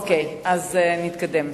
אוקיי, אז נתקדם.